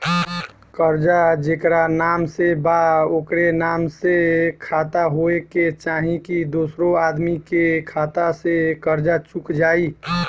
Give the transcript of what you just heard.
कर्जा जेकरा नाम से बा ओकरे नाम के खाता होए के चाही की दोस्रो आदमी के खाता से कर्जा चुक जाइ?